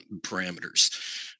parameters